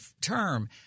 term